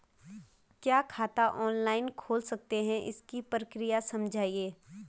क्या खाता ऑनलाइन खोल सकते हैं इसकी प्रक्रिया समझाइए?